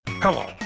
Hello